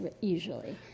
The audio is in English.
usually